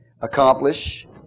accomplish